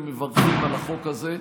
ומברכים על החוק הזה.